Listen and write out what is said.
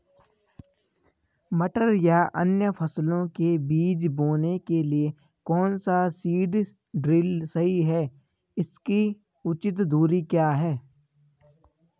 मटर या अन्य फसलों के बीज बोने के लिए कौन सा सीड ड्रील सही है इसकी उचित दूरी क्या है?